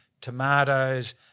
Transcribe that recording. tomatoes